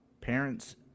parents